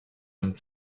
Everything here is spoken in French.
même